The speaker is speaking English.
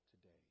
today